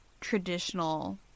traditional